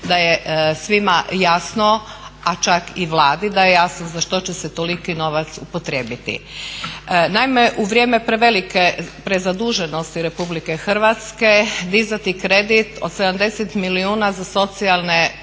da je svima jasno, a čak i Vladi da je jasno, za što će se toliki novac upotrijebiti. Naime, u vrijeme prevelike prezaduženosti RH dizati kredit od 70 milijuna za socijalnu